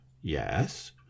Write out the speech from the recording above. Yes